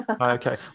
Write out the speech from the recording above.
Okay